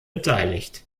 beteiligt